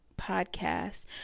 podcast